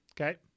okay